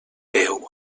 veu